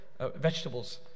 vegetables